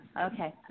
Okay